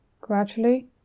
Gradually